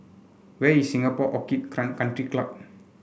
where is Singapore Orchid Country Club